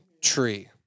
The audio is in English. tree